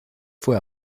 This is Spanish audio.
fue